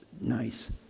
nice